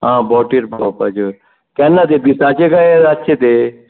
आं बोटीर पावोपाच्यो केन्ना ते दिसाचे काय रातचे ते